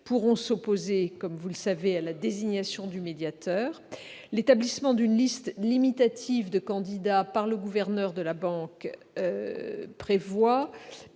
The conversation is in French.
pourront s'opposer à la désignation du médiateur. L'établissement d'une liste limitative de candidats par le gouverneur de la Banque de